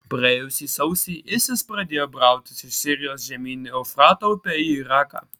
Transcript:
praėjusį sausį isis pradėjo brautis iš sirijos žemyn eufrato upe į iraką